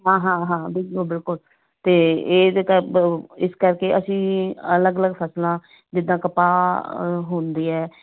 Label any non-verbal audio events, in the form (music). ਹਾਂ ਹਾਂ ਹਾਂ ਬਿਲਕੁਲ ਬਿਲਕੁਲ ਅਤੇ ਇਹਦੇ ਤਾਂ (unintelligible) ਇਸ ਕਰਕੇ ਅਸੀਂ ਅਲੱਗ ਅਲੱਗ ਫਸਲਾਂ ਜਿੱਦਾਂ ਕਪਾਹ ਹੁੰਦੀ ਹੈ